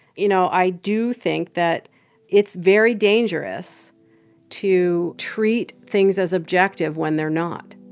you know, i do think that it's very dangerous to treat things as objective when they're not